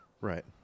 Right